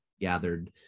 gathered